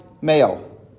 male